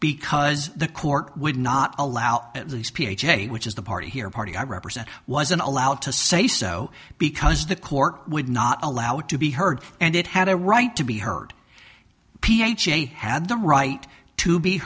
because the court would not allow at least p h a which is the party here party i represent wasn't allowed to say so because the court would not allow it to be heard and it had a right to be heard p h a had the right to be